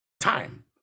time